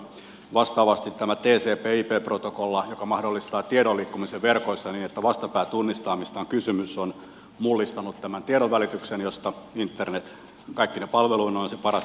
vastaavasti tämä ip protokolla joka mahdollistaa tiedon liikkumisen verkoissa niin että vastapää tunnistaa mistä on kysymys on mullistanut tiedonvälityksen josta internet kaikkine palveluineen on paras esimerkki